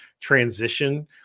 transition